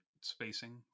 spacing